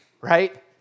right